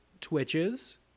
twitches